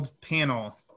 panel